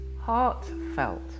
heartfelt